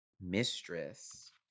Mistress